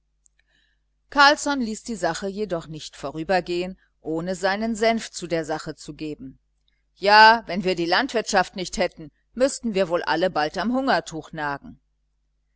carlsson ließ die gelegenheit jedoch nicht vorübergehen ohne seinen senf zu der sache zu geben ja wenn wir die landwirtschaft nicht hätten müßten wir wohl alle bald am hungertuch nagen